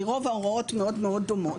כי רוב ההוראות מאוד מאוד דומות,